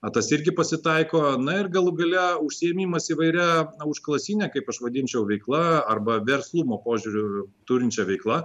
o tas irgi pasitaiko na ir galų gale užsiėmimas įvairia užklasine kaip aš vadinčiau veikla arba verslumo požiūriu turinčia veikla